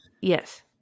Yes